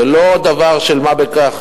זה לא דבר של מה בכך.